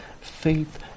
faith